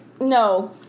no